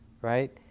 right